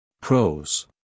Pros